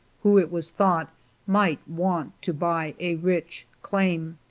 who it was thought might want to buy a rich claim.